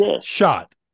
shot